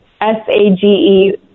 S-A-G-E